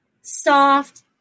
soft